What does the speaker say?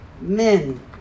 men